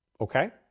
Okay